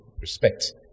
respect